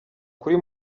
kuri